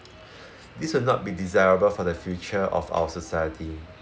this will not be desirable for the future of our society